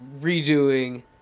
redoing